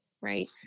Right